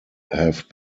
have